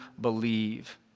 believe